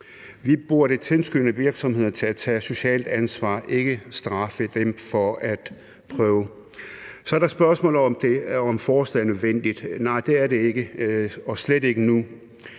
Vi burde tilskynde virksomheder til at tage socialt ansvar, ikke straffe dem for at prøve. Så er der spørgsmålet om, hvorvidt forslaget er nødvendigt. Nej, det er det ikke, og slet ikke endnu.